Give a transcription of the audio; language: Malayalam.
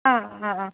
ആ ആ ആ